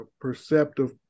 perceptive